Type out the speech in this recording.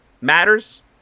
matters